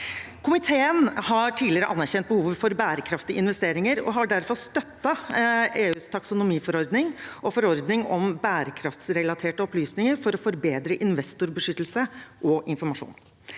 Komiteen har tidligere anerkjent behovet for bærekraftige investeringer og har derfor støttet EUs taksonomiforordning og forordning om bærekraftsrelaterte opplysninger for å forbedre investorbeskyttelse og informasjon.